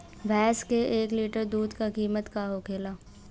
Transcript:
भैंस के एक लीटर दूध का कीमत का होखेला?